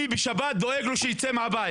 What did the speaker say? אני בשבת דואג לו כשהוא יוצא מהבית,